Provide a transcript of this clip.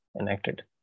enacted